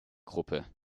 gruppe